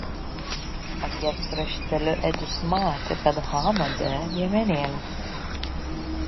akies krašteliu edis matė kad hana be liemenėlės